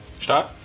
start